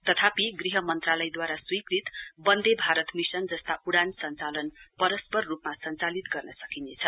तथापि गृह मन्त्रालयद्वारा स्वीकृत बन्दे भारत मिशन जस्ता उडान सञ्चालन परष्पर रूपमा सञ्चालित गर्न सकिनेछ